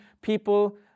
people